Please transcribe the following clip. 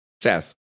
Seth